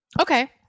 Okay